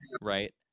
right